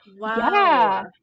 Wow